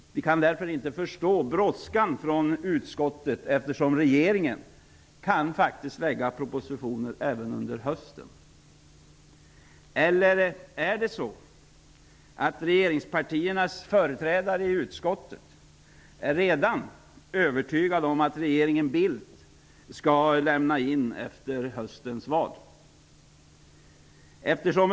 Vi förstår inte utskottets brådska, eftersom regeringen faktiskt kan lägga fram propositioner även under hösten. Eller är det så att regeringspartiernas företrädare i utskottet redan är övertygade om att regeringen Bildt skall lämna över efter höstens val?